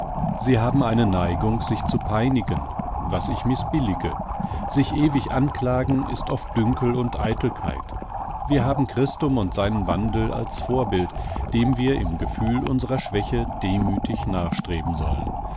sie haben eine neigung sich zu peinigen was ich mißbillige sich ewig anklagen ist oft dünkel und eitelkeit wir haben christum und seinen wandel als vorbild dem wir im gefühl unsrer schwäche demüthig nachstreben sollen